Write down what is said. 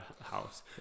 house